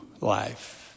life